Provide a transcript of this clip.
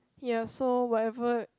ya so whatever